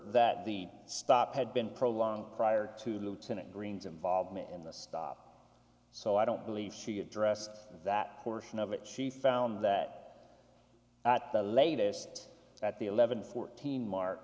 that the stop had been prolonged prior to lieutenant green's involvement in the stop so i don't believe she addressed that portion of it she found that the latest at the eleven fourteen mar